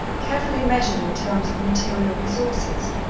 carefully measured in terms of material resources,